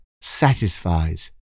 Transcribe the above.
satisfies